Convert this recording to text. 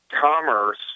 commerce